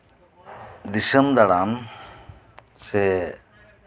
ᱫᱤᱥᱚᱢ ᱫᱟᱬᱟᱱ ᱥᱮ